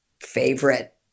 favorite